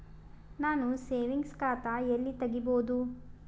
ನಾನು ಸೇವಿಂಗ್ಸ್ ಖಾತಾ ಎಲ್ಲಿ ತಗಿಬೋದು?